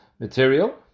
Material